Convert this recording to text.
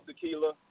tequila